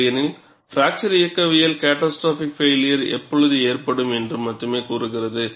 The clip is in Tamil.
இல்லையெனில் பிராக்சர் இயக்கவியல் கேட்டாஸ்ட்ரோபிக் பைளியர் எப்போது ஏற்படும் என்று மட்டுமே கூறுகிறது